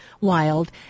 wild